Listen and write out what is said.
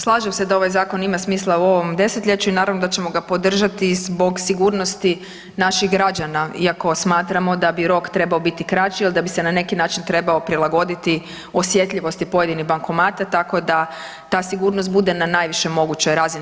Slažem se da ovaj zakon ima smisla u ovom desetljeću i naravno da ćemo ga podržati zbog sigurnosti naših građana iako smatramo da bi rok trebao biti kraći ili da bi se na neki način trebao prilagoditi osjetljivosti pojedinih bankomata tako da ta sigurnost bude na najvišoj mogućoj razini.